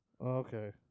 Okay